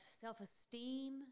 self-esteem